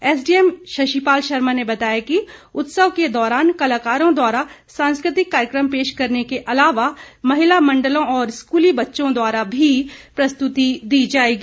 SDM Shashipal Sharma ने बताया कि उत्सव के दौरान कलाकारों द्वारा सांस्कृतिक कार्यक्रम पेश करने के अलावा महिला मण्डलों और स्कूली बच्चों द्वारा भी प्रस्तुति दी जाएगी